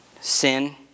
Sin